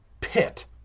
pit